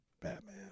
Batman